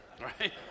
Right